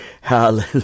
Hallelujah